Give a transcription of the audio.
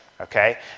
okay